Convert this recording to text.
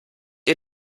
ihr